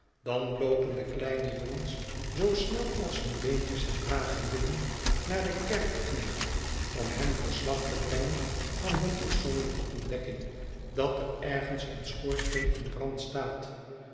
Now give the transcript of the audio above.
dan loopen de kleine jongens zoo snel als hun beentjes hen dragen willen naar den kerkeknecht om hem verslag te brengen van hun persoonlijke ontdekking dat er ergens een schoorsteen in brand staat